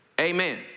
Amen